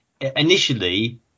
initially